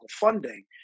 funding